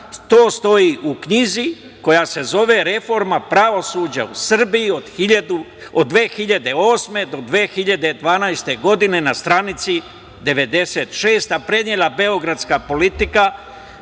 To stoji u knjizi koja se zove „Reforma pravosuđa u Srbije od 2008. do 2012. godine“ na stranici 96, a prenela beogradska „Politika“